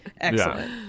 Excellent